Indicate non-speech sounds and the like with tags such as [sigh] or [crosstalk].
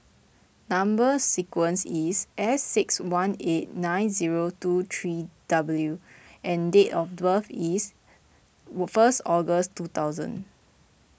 Number Sequence is S six one eight nine zero two three W and date of birth is [hesitation] first August two thousand